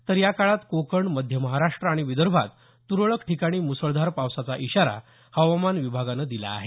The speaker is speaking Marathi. तर या काळात कोकण मध्य महाराष्ट्र आणि विदर्भात तुरळक ठिकाणी मुसळधार पावसाचा इशारा हवामान विभागानं दिला आहे